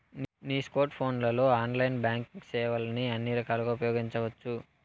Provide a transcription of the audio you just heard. నీ స్కోర్ట్ ఫోన్లలో ఆన్లైన్లోనే బాంక్ సేవల్ని అన్ని రకాలుగా ఉపయోగించవచ్చు